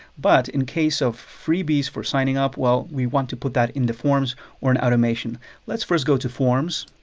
but in case of freebies for signing up, well we want to put that in the forms or an automation let's first go to forms.